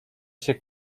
się